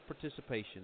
participation